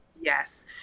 yes